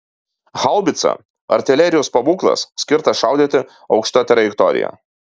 haubica artilerijos pabūklas skirtas šaudyti aukšta trajektorija